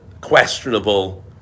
questionable